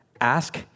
ask